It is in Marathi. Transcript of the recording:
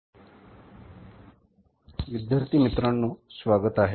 विद्यार्थीविदयार्थी मित्रांचे स्वागत आहे